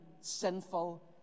sinful